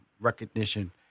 recognition